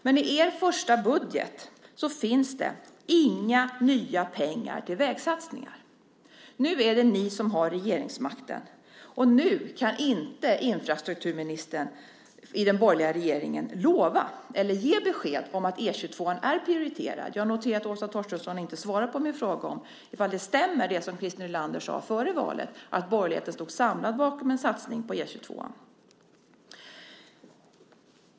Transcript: Men i er första budget finns det inga nya pengar till vägsatsningar. Nu är det ni som har regeringsmakten, och nu kan inte infrastrukturministern i den borgerliga regeringen lova eller ge besked om att E 22:an är prioriterad. Jag noterar att Åsa Torstensson inte svarar på min fråga om i fall det stämmer som Christer Nylander sade före valet, att borgerligheten stod samlad bakom en satsning på E 22:an.